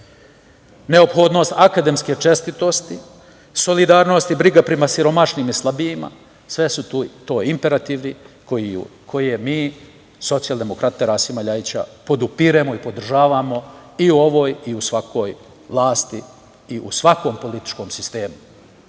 neophodnost akademske čestitosti, solidarnost i briga prema siromašnim i slabijima, sve su to imperativi koje mi socijaldemokrate Rasima LJajića podupiremo i podržavamo i u ovoj i u svakoj vlasti i u svakom političkom sistemu. Naravno,